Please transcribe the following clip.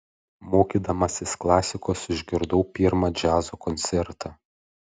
mokydamasis klasikos išgirdau pirmą džiazo koncertą